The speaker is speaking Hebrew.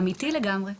אמיתי לגמרי.